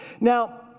Now